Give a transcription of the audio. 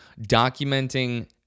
documenting